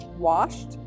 washed